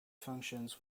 functions